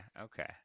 okay